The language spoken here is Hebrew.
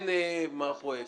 מר פרויקט,